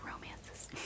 romances